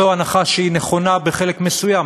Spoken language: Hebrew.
זו הנחה שהיא נכונה בחלק מסוים,